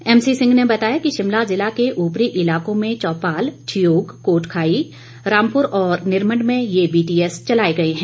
एमसीसिंह ने बताया कि शिमला जिला के उपरी इलाकों में चोपाल ठियोग कोटखाई रामपुर और निरमंड में ये बीटीएस चलाए गए हैं